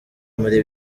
muri